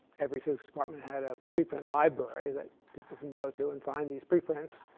every physics department had a pre-print library that people can go to and find these pre-prints.